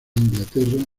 inglaterra